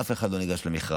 אף אחד לא ניגש למכרז.